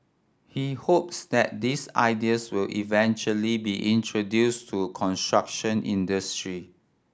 he hopes that these ideas will eventually be introduced to construction industry